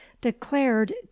declared